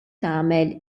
tagħmel